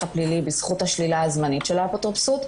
הפלילי בזכות השלילה הזמנית של האפוטרופסות,